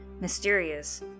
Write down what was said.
mysterious